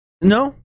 No